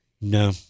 No